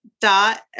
dot